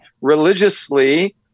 religiously